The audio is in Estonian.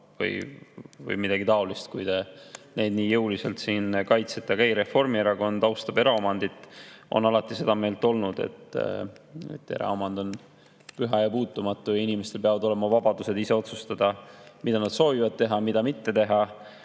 või midagi taolist, kui te neid nii jõuliselt siin kaitsete. Aga ei, Reformierakond austab eraomandit. Ta on alati seda meelt olnud, et eraomand on püha ja puutumatu, inimestel peab olema vabadus ise otsustada, mida nad soovivad teha ja mida mitte teha,